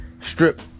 strip